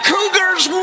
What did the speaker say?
Cougars